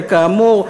וכאמור,